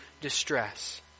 distress